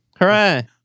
Hooray